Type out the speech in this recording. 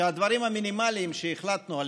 שהדברים המינימליים שהחלטנו עליהם,